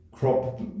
Crop